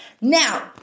Now